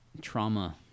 trauma